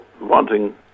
wanting